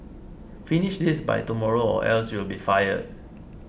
finish this by tomorrow or else you'll be fired